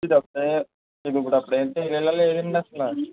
ఇప్పుడప్పుడే ఇప్పుడప్పుడే ఏం తేలేలా లేదండి అసలు